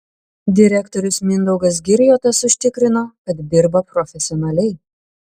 direktorius mindaugas girjotas užtikrino kad dirba profesionaliai